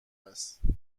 است